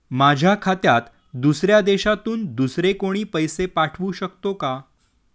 माझ्या खात्यात दुसऱ्या देशातून दुसरे कोणी पैसे पाठवू शकतो का?